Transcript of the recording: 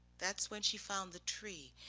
that's when she found the tree,